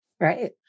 Right